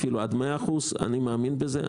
אפילו עד 100%. אני מאמין בזה.